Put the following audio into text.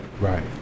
right